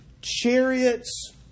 chariots